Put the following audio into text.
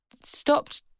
stopped